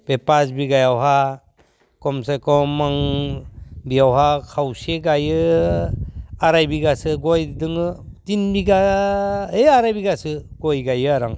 बे फास बिगायावहा खमसे खम आं बियावहाय खावसे गायो आराय बिगासो गय दङ थिन बिगा ओय आराय बिगासो गय गायो आरो आं